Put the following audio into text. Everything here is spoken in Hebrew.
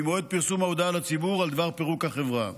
ממועד פרסום ההודעה לציבור על דבר פירוק החברה,